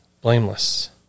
blameless